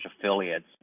affiliates